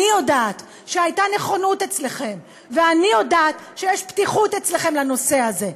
אני יודעת שהייתה נכונות אצלכם ואני יודעת שיש פתיחות אצלכם לנושא הזה,